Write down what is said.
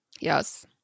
Yes